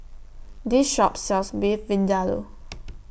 This Shop sells Beef Vindaloo